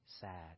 sad